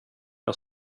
jag